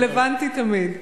רלוונטי תמיד.